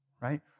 Right